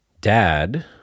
Dad